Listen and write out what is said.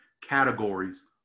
categories